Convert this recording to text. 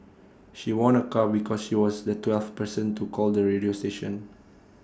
she won A car because she was the twelfth person to call the radio station